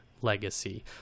legacy